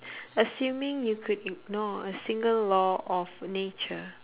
assuming you could ignore a single law of nature